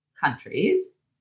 countries